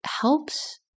helps